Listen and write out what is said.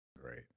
great